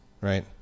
right